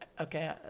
Okay